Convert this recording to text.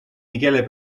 michele